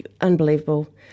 unbelievable